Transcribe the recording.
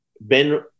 Ben